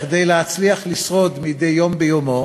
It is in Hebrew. כדי להצליח לשרוד מדי יום ביומו